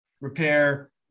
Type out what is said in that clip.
repair